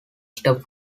step